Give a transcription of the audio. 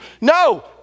No